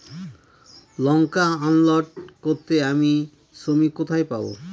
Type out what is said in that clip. লঙ্কা unload করতে আমি শ্রমিক কোথায় পাবো?